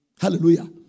Hallelujah